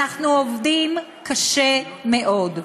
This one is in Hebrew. אנחנו עובדים קשה מאוד.